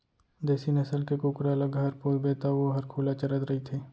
देसी नसल के कुकरा ल घर पोसबे तौ वोहर खुल्ला चरत रइथे